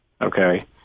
Okay